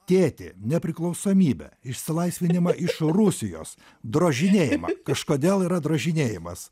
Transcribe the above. tėtį nepriklausomybę išsilaisvinimą iš rusijos drožinėjimą kažkodėl yra drožinėjimas